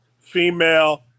female